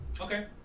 Okay